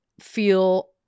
feel